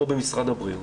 או במשרד הבריאות.